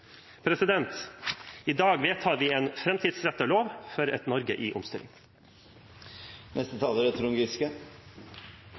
elev. I dag vedtar vi en framtidsrettet lov for et Norge i omstilling.